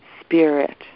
spirit